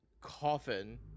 coffin